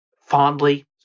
fondly